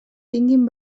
tinguin